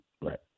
right